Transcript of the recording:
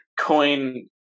coin